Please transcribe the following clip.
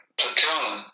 platoon